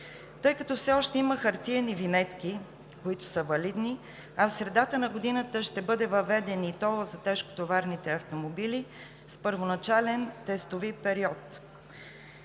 тъй като все още има хартиени винетки, които са валидни, а в средата на годината ще бъде въведен и тол за тежкотоварните автомобили с първоначален тестови период.